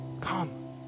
come